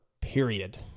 period